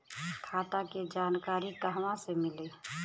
खाता के जानकारी कहवा से मिली?